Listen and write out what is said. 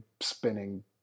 spinning